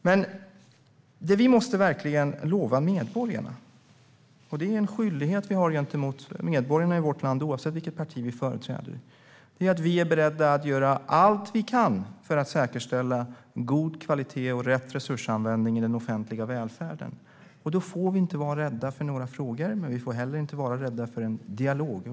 Oavsett vilket parti vi företräder har vi en skyldighet gentemot medborgarna att göra allt vi kan för att säkerställa god kvalitet och rätt resursanvändning i den offentliga välfärden. Då får vi inte vara rädda för några frågor. Vi får inte heller vara rädda för en dialog.